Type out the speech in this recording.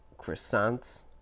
croissants